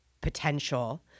potential